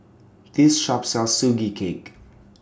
This Shop sells Sugee Cake